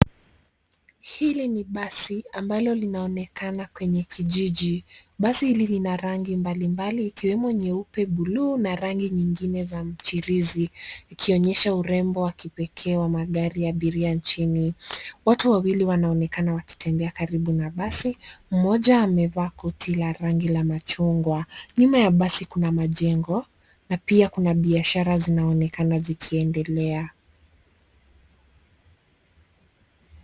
Hili ni basi ambalo linaonekana kwenye kijiji. Basi hili lina rangi mbalimbali ikiwemo nyeupe, bluu na rangi nyingine za mchirizi ikionyesha urembo wa kipekee wa magari ya abiria nchini. Watu wawili wanaonekana wakitembea karibu na basi, mmoja amevaa koti la rangi la machungwa. Nyuma ya basi kuna majengo na pia kuna biashara zinaonekana zikiendelea.